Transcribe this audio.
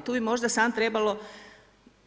Tu bih možda smo trebalo